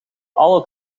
alle